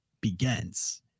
begins